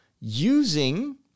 using